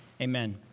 Amen